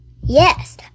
Yes